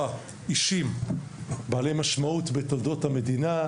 אישים בעלי משמעות בתולדות המדינה,